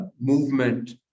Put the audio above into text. movement